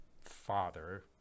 father